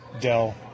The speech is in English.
Dell